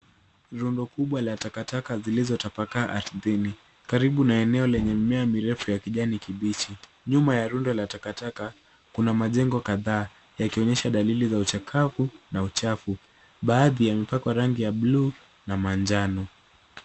Rundo kubwa la takataka zilizotapakaa ardhini, karibu na eneo lenye mimea mirefu ya kijani kibichi. Nyuma ya rundo la takataka kuna majengo kadhaa yakionyesha dalili za uchakavu na uchafu. Baadhi yamepakwa rangi ya buluu na manjano.